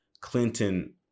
Clinton